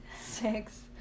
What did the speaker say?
six